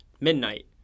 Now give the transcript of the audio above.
midnight